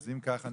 אם כך,